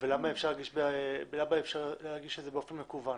למה אי אפשר להגיש את זה באופן מקוון?